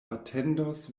atendos